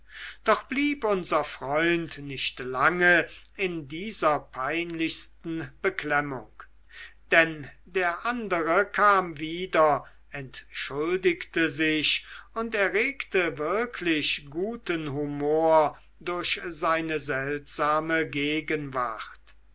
doch blieb unser freund nicht lange in dieser peinlichsten beklemmung denn der andere kam wieder entschuldigte sich und erregte wirklich guten humor durch seine seltsame gegenwart